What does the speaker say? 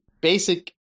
basic